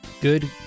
good